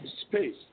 space